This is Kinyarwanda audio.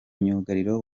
myugariro